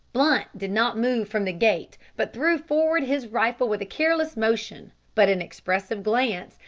blunt did not move from the gate, but threw forward his rifle with a careless motion, but an expressive glance,